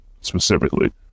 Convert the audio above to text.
specifically